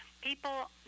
People